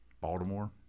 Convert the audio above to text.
Baltimore